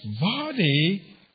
body